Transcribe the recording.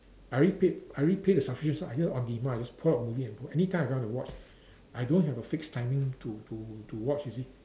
I already paid I already paid the subscription so I just on demand I just pull out the movie anytime I want to watch I don't have a fix timing to to to watch you see